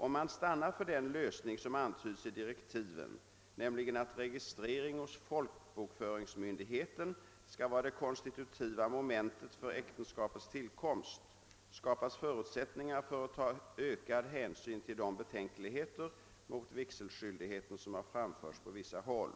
Om man stannar för den lösning som antyds i direktiven, nämligen att registrering hos folkbokföringsmyndigheten skall vara det konstitutiva momentet för äktenskapets tillkomst, skapas förutsättningar för att ta ökad hänsyn till de betänkligheter mot vigselskyldigheten som har framförts från vissa håll.